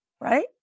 right